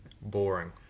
boring